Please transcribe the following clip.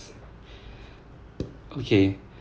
okay